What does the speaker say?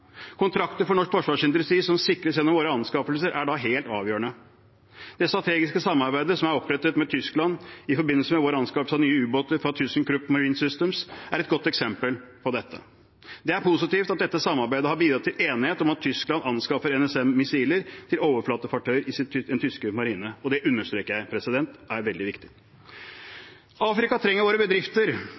Kontrakter for norsk forsvarsindustri som sikres gjennom våre anskaffelser, er da helt avgjørende. Det strategiske samarbeidet som er opprettet med Tyskland i forbindelse med vår anskaffelse av nye ubåter fra ThyssenKrupp Marine Systems, er et godt eksempel på dette. Det er positivt at dette samarbeidet har bidratt til enighet om at Tyskland anskaffer NSM-missiler til overflatefartøyer i den tyske marinen – og det understreker jeg er veldig viktig. Afrika trenger våre bedrifter,